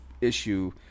issue